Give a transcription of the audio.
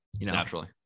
Naturally